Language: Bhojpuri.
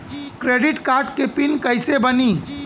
क्रेडिट कार्ड के पिन कैसे बनी?